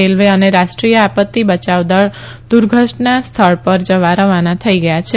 railway અને રાષ્ટ્રીય આપત્તિ બયાવ દળ દુર્ઘટનાસ્થળ પર જવા રવાના થઈ ગયા છે